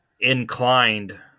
inclined